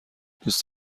دوست